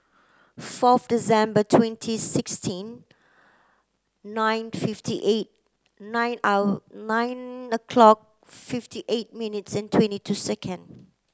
fourth December twenty sixteen nine fifty eight nine nine o'clock fifty eight minutes and twenty two second